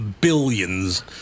billions